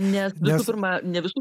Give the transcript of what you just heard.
ne visų pirma ne visų